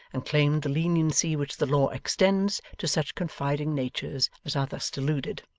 and claimed the leniency which the law extends to such confiding natures as are thus deluded.